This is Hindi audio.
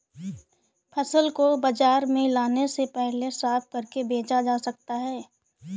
फसल को बाजार में लाने से पहले साफ करके बेचा जा सकता है?